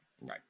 Right